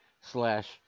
slash